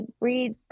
read